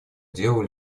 делу